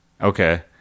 Okay